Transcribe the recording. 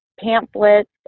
pamphlets